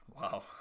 wow